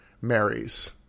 marries